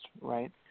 right